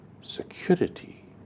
security